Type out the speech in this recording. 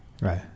Right